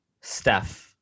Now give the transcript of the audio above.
Steph